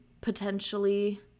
potentially